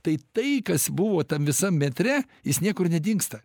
tai tai kas buvo tam visam metre jis niekur nedingsta